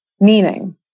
meaning